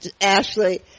Ashley